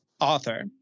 Author